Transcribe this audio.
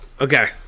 Okay